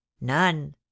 none